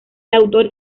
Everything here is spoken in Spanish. autor